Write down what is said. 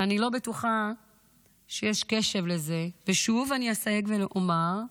ואני לא בטוחה שיש קשב לזה, ושוב אני אסייג ואומר,